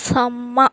ਸਮਾਂ